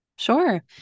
Sure